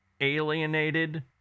alienated